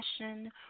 passion